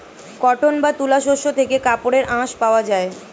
cotton বা তুলো শস্য থেকে কাপড়ের আঁশ পাওয়া যায়